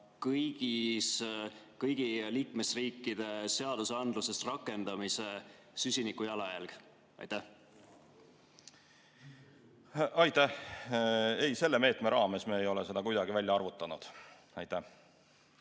kõigi liikmesriikide seadusandluses rakendamise süsiniku jalajälg? Aitäh! Ei, selle meetme raames me ei ole seda kuidagi välja arvutanud. Aitäh!